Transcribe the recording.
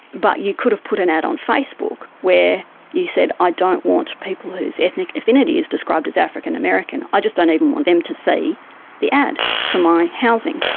but you could have put an ad on facebook where you said i don't want people whose ethnic affinity is described as african american, i just don't even want them to see the ad for my housing.